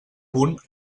punt